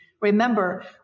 Remember